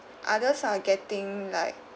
others are getting like